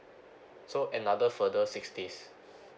so another further six days